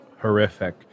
horrific